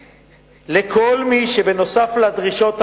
לכל מי שנוסף על הדרישות האחרות,